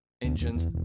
engines